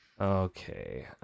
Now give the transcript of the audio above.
Okay